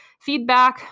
feedback